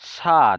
সাত